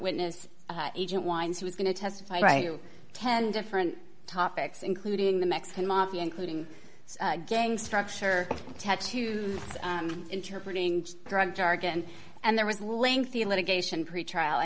witness agent winds who was going to testify right ten different topics including the mexican mafia including gang structure tattoo interpreting drug jargon and there was lengthy litigation pretrial i